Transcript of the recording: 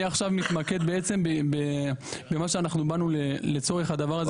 אני עכשיו מתמקד במה שבאנו לצורך הדבר הזה,